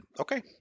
Okay